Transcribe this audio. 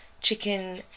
chicken